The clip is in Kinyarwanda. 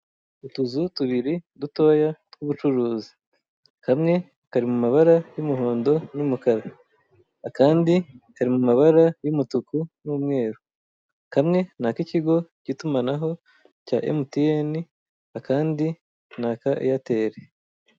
Utuzu tubiri dutoya tw'ubucuruzi, kamwe kari mu mabara y'umuhondo n'umukara, akandi kari mu mabara y'umutuku n'umweru, kamwe ni ak'ikigo cyitumanaho cya Emutiyene akandi ni aka Eyateri.